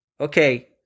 okay